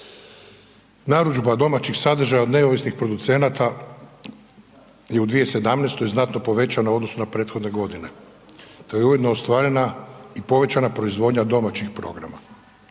Narudžba domaćih sadržaja od neovisnih producenata je u 2017. je znatno povećana u odnosu na prethodne godine te je ujedno ostvarena i povećana proizvodnja domaćih programa.